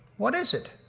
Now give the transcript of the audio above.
what is it?